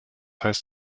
heißt